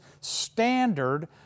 standard